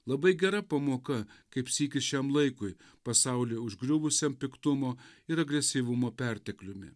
labai gera pamoka kaip sykis šiam laikui pasaulį užgriuvusiam piktumo ir agresyvumo pertekliumi